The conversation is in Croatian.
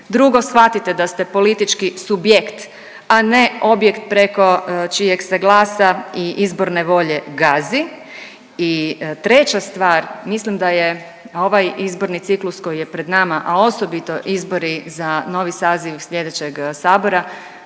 drugo, svatite da ste politički subjekt, a ne objekt preko čijeg se glasa i izborne volje gazi i treća stvar, mislim da je ovaj izborni ciklus koji je pred nama, a osobito izbori za novi saziv sljedećeg Sabora